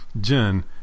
Jen